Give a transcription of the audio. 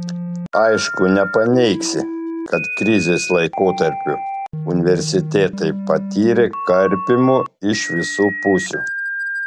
aišku nepaneigsi kad krizės laikotarpiu universitetai patyrė karpymų iš visų pusių